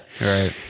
Right